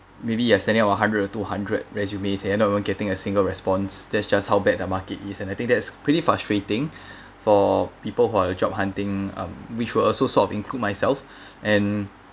maybe you're sending over hundred or two hundred resumes and not even getting a single response that's just how bad the market is and I think that's pretty frustrating for people who are job hunting um which would also of include myself and